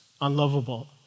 unlovable